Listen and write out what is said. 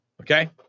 okay